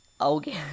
Okay